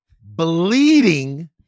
bleeding